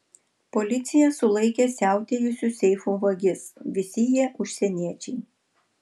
policija sulaikė siautėjusius seifų vagis visi jie užsieniečiai